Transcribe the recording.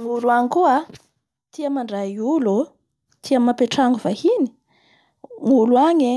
Gnolo any koa a tia mandray olo o, tia mao mampiantrango vahiny, ny olo agny e,